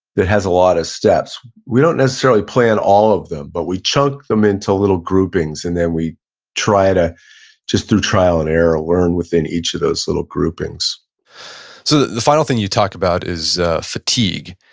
that has a lot of steps, we don't necessarily plan all of them, but we chunk them into little groupings and then we try to just through trial and error, learn within each of those little groupings so the final thing you talked about is fatigue.